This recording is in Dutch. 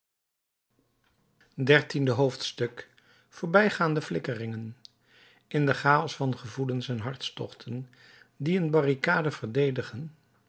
dertiende hoofdstuk voorbijgaande flikkeringen in den chaos van gevoelens en hartstochten die een barricade verdedigen